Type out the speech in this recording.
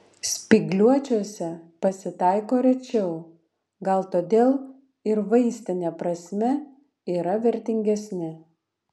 spygliuočiuose pasitaiko rečiau gal todėl ir vaistine prasme yra vertingesni